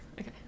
okay